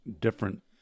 different